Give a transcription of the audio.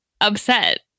upset